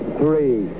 three